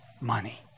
money